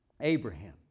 Abraham